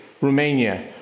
Romania